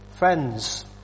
Friends